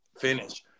finish